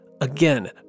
Again